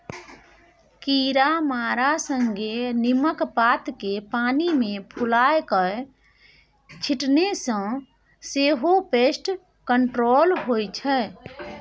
कीरामारा संगे नीमक पात केँ पानि मे फुलाए कए छीटने सँ सेहो पेस्ट कंट्रोल होइ छै